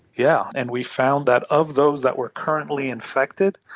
yeah and we found that of those that were currently infected,